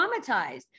traumatized